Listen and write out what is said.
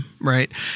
right